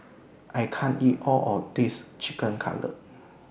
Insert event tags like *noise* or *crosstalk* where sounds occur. *noise* I can't eat All of This Chicken Cutlet